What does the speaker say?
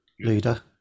leader